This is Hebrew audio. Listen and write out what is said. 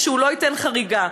ושהוא לא ייתן חריגה.